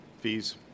fees